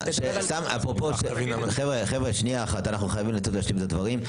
חבר'ה, אנחנו חייבים לתת לו להשלים את הדברים.